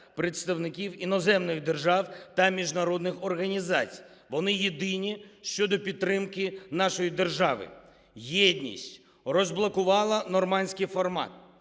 представників іноземних держав та міжнародних організацій, вони єдині щодо підтримки нашої держави. Єдність розблокувала Нормандський формат,